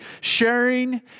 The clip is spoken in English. sharing